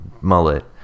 mullet